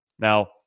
Now